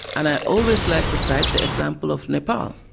and i always like to cite the example of nepal,